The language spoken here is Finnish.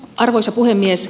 arvoisa puhemies